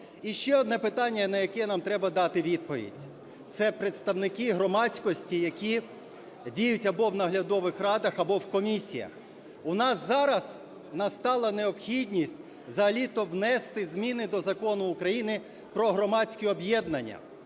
І ще одне питання, на яке нам треба дати відповідь, - це представники громадськості, які діють або в наглядових радах, або в комісіях. У нас зараз настала необхідність взагалі-то внести зміни до Закону України "Про громадські об'єднання",